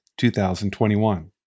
2021